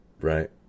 Right